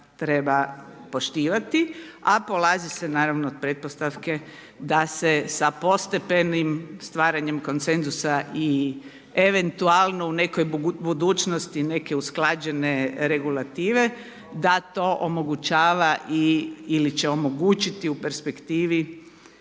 treba poštivati, a polazi se naravno od pretpostavke da se sa postepenim stvaranjem koncenzusa i eventualno u nekoj budućnosti neke usklađene regulative da to omogućava ili će omogućiti u perspektivi